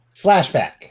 Flashback